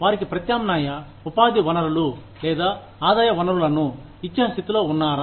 వారికి ప్రత్యామ్నాయ ఉపాధి వనరులు లేదా ఆదాయ వనరులను ఇచ్చే స్థితిలో ఉన్నారా